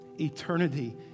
Eternity